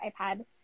iPad